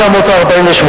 התש"ח 1948,